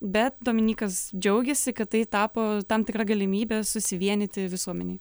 bet dominykas džiaugiasi kad tai tapo tam tikra galimybe susivienyti visuomenei